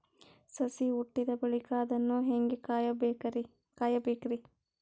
ಸಸಿ ಹುಟ್ಟಿದ ಬಳಿಕ ಅದನ್ನು ಹೇಂಗ ಕಾಯಬೇಕಿರಿ?